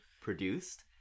produced